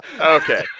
Okay